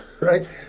right